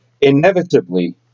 inevitably